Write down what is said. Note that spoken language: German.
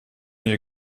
ihr